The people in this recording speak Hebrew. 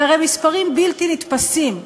אלה הרי מספרים בלתי נתפסים,